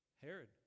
Herod